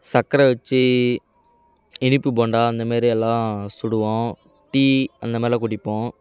சக்கரை வெச்சு இனிப்பு போண்டா அந்த மாரி எல்லாம் சுடுவோம் டீ அந்த மாதிரிலாம் குடிப்போம்